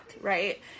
right